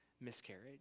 miscarriage